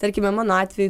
tarkime mano atveju